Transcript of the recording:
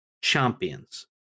champions